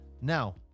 Now